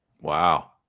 Wow